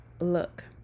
look